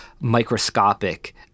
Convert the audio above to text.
microscopic